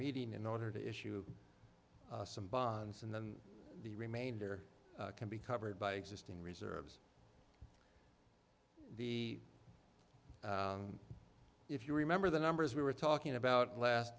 meeting in order to issue some bonds and then the remainder can be covered by existing reserves the if you remember the numbers we were talking about last